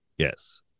Yes